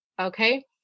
okay